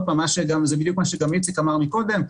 זה בדיוק מה שאיציק גם אמר מקודם,